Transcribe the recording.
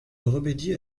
remédier